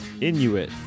Inuit